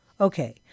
Okay